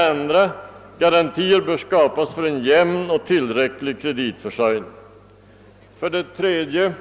2) Garantier bör skapas för en jämn och tillräcklig kreditförsörjning. 3)